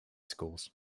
schools